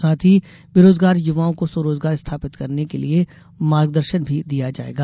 साथ ही बेरोजगार युवाओं को स्व रोजगार स्थापित करने के लिये मार्गदर्शन भी दिया जायेगा